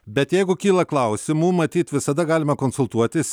bet jeigu kyla klausimų matyt visada galima konsultuotis